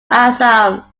assam